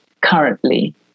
currently